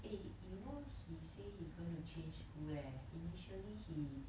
eh you know he say he is going to change school leh initially he